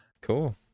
Cool